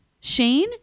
Shane